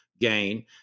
gain